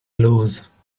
lose